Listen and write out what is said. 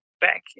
Back